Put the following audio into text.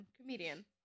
comedian